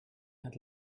had